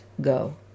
go